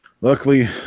Luckily